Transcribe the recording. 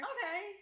Okay